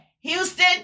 Houston